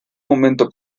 momento